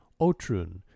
otrun